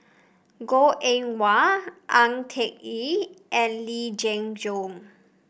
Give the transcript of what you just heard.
Goh Eng Wah Ang Ah Yee and Lee Jenn Jong